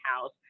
house